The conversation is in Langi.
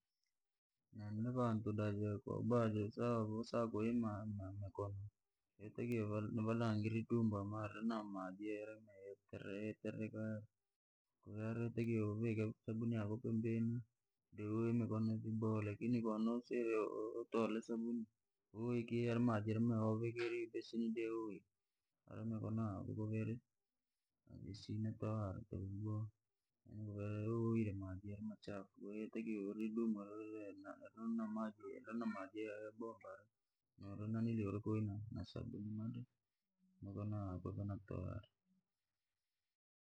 Vantu ko vosaka kuima, votakiwa valange idumu ambalo ririna maaji tiririka, wotakiwa uvike sabuni yako pembenii, deno yemikono vyaboha lakini konowaseire utole sabuni, woye kei yaramaji yeneuvikire ibesenii dewoye, iramikono yako kuvairi isina twahara tuku. Kowoyire maji yarimuchafu kwahiyo wotakiwa ira idumu riri na maji ya bomba, koyauri mikono yako ivene twahara.